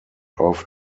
off